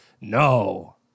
No